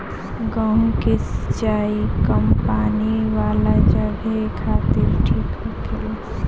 गेंहु के सिंचाई कम पानी वाला जघे खातिर ठीक होखेला